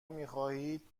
میخواهید